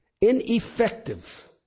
ineffective